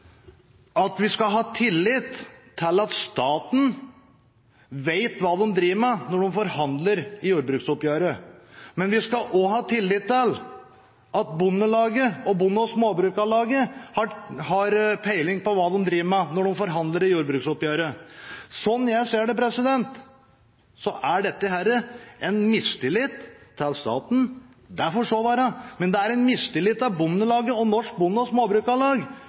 med. Vi skal ha tillit til at staten vet hva den driver med når man forhandler jordbruksoppgjøret, men vi skal også ha tillit til at Norges Bondelag og Norsk Bonde- og Småbrukarlag har peiling på hva de driver med når de forhandler jordbruksoppgjøret. Slik jeg ser det, er dette en mistillit til staten – det får så være – men det er også en mistillit til Norges Bondelag og Norsk Bonde- og Småbrukarlag.